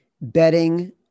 betting